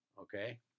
okay